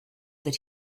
that